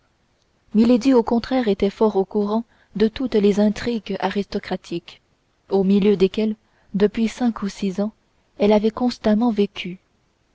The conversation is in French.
au contraire était fort au courant de toutes les intrigues aristocratiques au milieu desquelles depuis cinq ou six ans elle avait constamment vécu